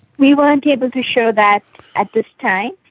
we weren't able to show that at this time,